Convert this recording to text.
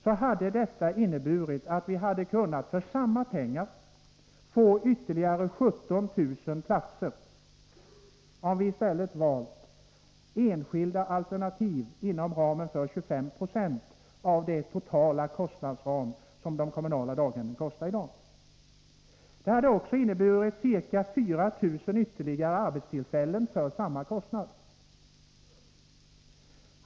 Det hade inneburit att vi hade kunnat för samma pengar få ytterligare 17 000 platser i dag. Det hade också inneburit ca 4 000 nya arbetstillfällen för samma kostnad.